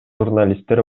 журналисттер